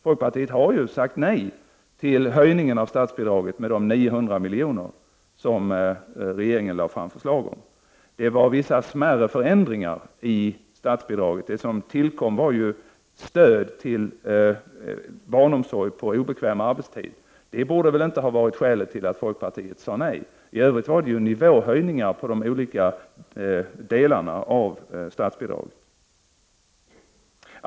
Folkpartiet har ju sagt nej till höjningen av statsbidraget med de 900 miljoner som regeringen lade fram förslag om. Vissa smärre förändringar gjordes i statsbidraget. Det som tillkom var stöd till barnomsorg på obekväm arbetstid. Det borde inte ha varit skälet till att folkpartiet sade nej. I övrigt gällde det nivåhöjningar för de olika delarna av statsbidraget.